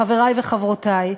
חברי וחברותי,